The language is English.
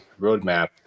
roadmap